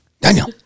Daniel